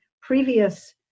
previous